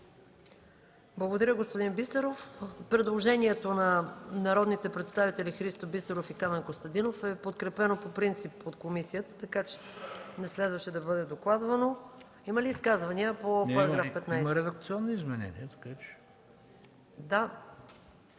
Благодаря, господин Бисеров. Предложението на народните представители Христо Бисеров и Камен Костадинов е подкрепено по принцип от комисията, така че не следваше да бъде докладвано. Има ли изказвания по § 15? ДОКЛАДЧИК ХРИСТО БИСЕРОВ: Има редакционни изменения, така